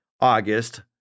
August